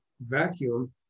vacuum